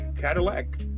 Cadillac